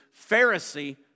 Pharisee